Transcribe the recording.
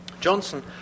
Johnson